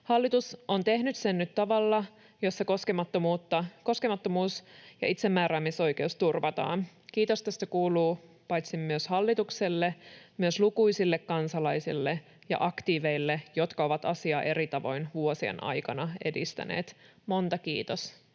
Hallitus on tehnyt sen nyt tavalla, jossa koskemattomuus ja itsemääräämisoikeus turvataan. Kiitos tästä kuuluu paitsi hallitukselle myös lukuisille kansalaisille ja aktiiveille, jotka ovat asiaa eri tavoin vuosien aikana edistäneet. — Monta kiitosta